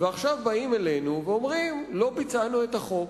ועכשיו באים אלינו ואומרים: לא ביצענו את החוק.